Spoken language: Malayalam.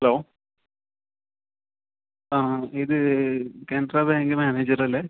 ഹലോ ആ ഇത് കാൻറാ ബാങ്ക് മാനേജറല്ലെ